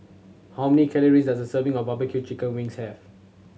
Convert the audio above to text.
how many calories does a serving of barbecue chicken wings have